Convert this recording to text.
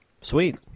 Sweet